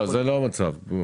זה לא המצב.